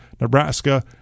Nebraska